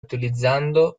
utilizzando